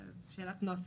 זאת שאלת נוסח.